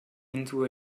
into